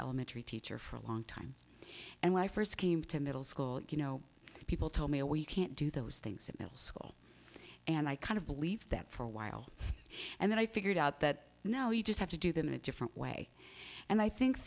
elementary teacher for a long time and when i first came to middle school you know people told me oh we can't do those things in middle school and i kind of believed that for a while and then i figured out that you know you just have to do them in a different way and i think